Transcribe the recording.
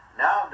now